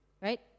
right